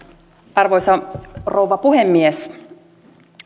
arvoisa rouva puhemies